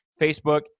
Facebook